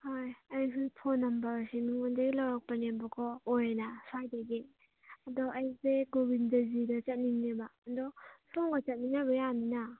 ꯍꯣꯏ ꯑꯩꯁꯨ ꯐꯣꯟ ꯅꯝꯕꯔꯁꯤ ꯃꯤꯉꯣꯟꯗꯒꯤ ꯂꯧꯔꯛꯄꯅꯦꯕꯀꯣ ꯑꯣꯏꯅ ꯁ꯭ꯋꯥꯏꯗꯒꯤ ꯑꯗꯣ ꯑꯩꯁꯦ ꯒꯣꯕꯤꯟꯗꯖꯤꯗ ꯆꯠꯅꯤꯡꯉꯦꯕ ꯑꯗꯣ ꯁꯣꯝꯒ ꯆꯠꯃꯤꯟꯅꯕ ꯌꯥꯅꯤꯅ